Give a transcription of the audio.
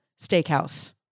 Steakhouse